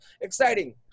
exciting